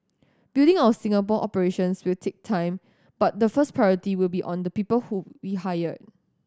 building our Singapore operations will take time but the first priority will be on the people who we hire